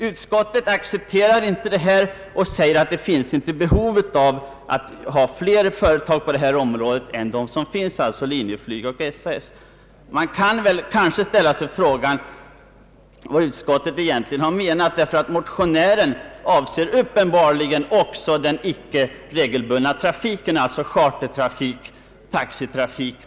Utskottet accepterar inte detta och säger att det inte finns behov av flera företag på det här området än de som redan finns, alltså Linjeflyg och SAS. Motionärerna avser uppenbarligen också den icke regelbundna trafiken, alltså chartertrafik och taxitrafik.